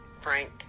Frank